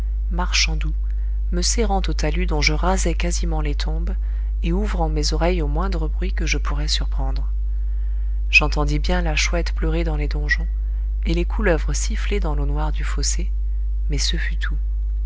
marchant doux me serrant au talus dont je rasais quasiment les tombes et ouvrant mes oreilles au moindre bruit que je pourrais surprendre j'entendis bien la chouette pleurer dans les donjons et les couleuvres siffler dans l'eau noire du fossé mais ce fut tout